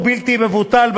ובלתי מבוטל,